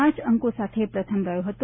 પ અંકો સાથે પ્રથમ રહ્યો હતો